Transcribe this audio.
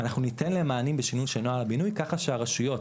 ואנחנו ניתן להם מענים בשינוי של נוהל הבינוי ככה שהרשויות